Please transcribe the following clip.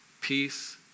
peace